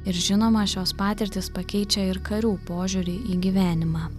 ir žinoma šios patirtys pakeičia ir karių požiūrį į gyvenimą